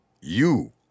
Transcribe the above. You